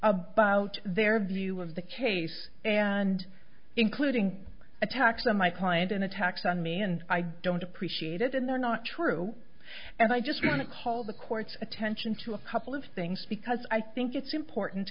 about their view of the case and including attacks on my client in attacks on me and i don't appreciate it and they're not true and i just call the court's attention to a couple of things because i think it's important